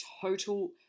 total